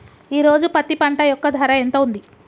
ఈ రోజు పత్తి పంట యొక్క ధర ఎంత ఉంది?